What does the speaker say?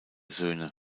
söhne